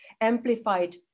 amplified